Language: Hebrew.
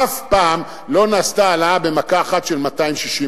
אף פעם לא נעשתה העלאה במכה אחת של 260%,